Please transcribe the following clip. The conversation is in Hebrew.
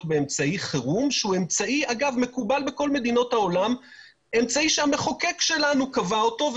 אמצעי חירום שמקובל בכל מדינות העולם שהמחוקק שלנו קבע אותו,